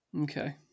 Okay